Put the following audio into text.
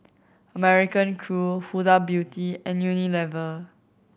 American Crew Huda Beauty and Unilever